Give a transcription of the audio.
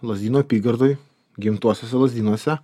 lazdynų apygardoj gimtuosiuose lazdynuose